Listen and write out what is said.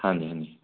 ਹਾਂਜੀ ਹਾਂਜੀ